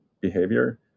behavior